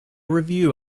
review